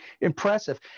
impressive